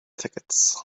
tickets